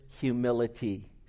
humility